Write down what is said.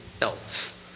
else